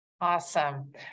Awesome